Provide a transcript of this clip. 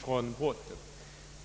från botten.